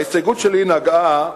ההסתייגות שלי נגעה